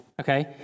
okay